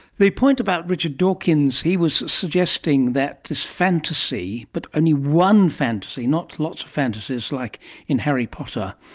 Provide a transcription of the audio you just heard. the point about richard dawkins, he was suggesting that this fantasy but only one fantasy, not lots of fantasies like in harry potter,